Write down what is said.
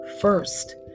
First